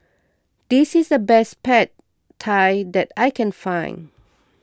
this is the best Pad Thai that I can find